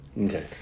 Okay